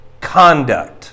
conduct